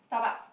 Starbucks